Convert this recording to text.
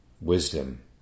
wisdom